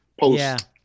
post